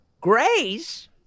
Grace